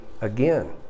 again